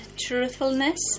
truthfulness